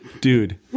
Dude